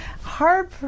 Hard